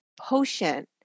potion